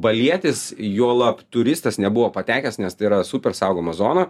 balietis juolab turistas nebuvo patekęs nes tai yra super saugoma zona